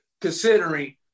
considering